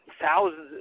thousands